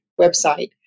website